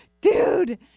dude